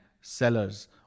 sellers